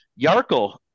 Yarko